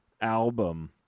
album